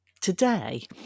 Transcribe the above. today